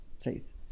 teeth